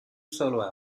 solo